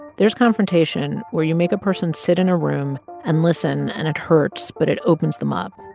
there's confrontation where you make a person sit in a room and listen, and it hurts, but it opens them up.